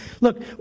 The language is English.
Look